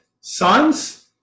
sons